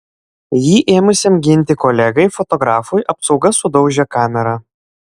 jį ėmusiam ginti kolegai fotografui apsauga sudaužė kamerą